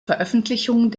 veröffentlichung